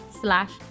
slash